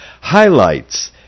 highlights